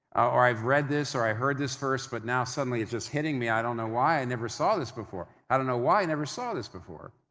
or, i've read this, or, i heard this first, but now, suddenly, it's just hitting me, i don't know why. i never saw this before. i don't know why i never saw this before.